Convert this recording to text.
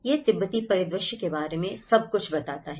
यह तिब्बती परिदृश्य के बारे में सब कुछ बताता है